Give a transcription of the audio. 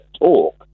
talk